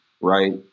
Right